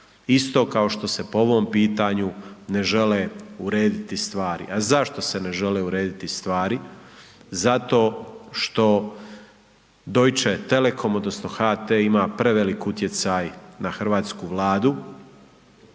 Isto kao što se po ovom pitanju ne žele urediti stvari. A zašto se ne žele urediti stvari? Zato što Deutsche Telecom, odnosno, HT ima prevelik utjecaj na hrvatsku vladu.